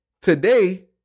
today